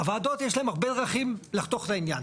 הוועדות, יש להן הרבה דרכים לחתוך את העניין.